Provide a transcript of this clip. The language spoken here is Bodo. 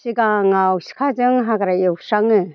सिगाङाव सिखाजों हाग्रा एवस्राङो